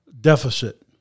deficit